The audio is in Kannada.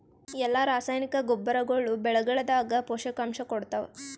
ಎಲ್ಲಾ ರಾಸಾಯನಿಕ ಗೊಬ್ಬರಗೊಳ್ಳು ಬೆಳೆಗಳದಾಗ ಪೋಷಕಾಂಶ ಕೊಡತಾವ?